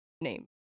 name